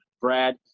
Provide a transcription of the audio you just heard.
Brad